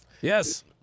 Yes